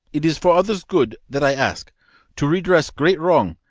it is for others' good that i ask to redress great wrong,